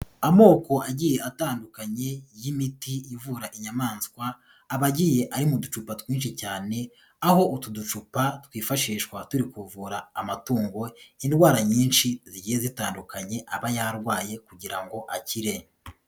Amoko agiye atandukanye y'imiti ivura inyamaswa aba agiye ari mu ducupa twinshi cyane aho utu ducupa twifashishwa turi kuvura amatungo indwara nyinshi zigiye zitandukanye aba yarwaye kugira ngo akire.